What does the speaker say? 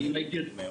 אני יזמתי אותה.